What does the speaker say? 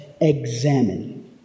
examine